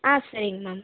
ஆ சரி மேம்